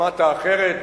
שמעת אחרת?